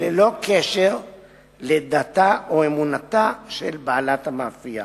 ללא קשר לדתה או לאמונתה של בעלת המאפייה.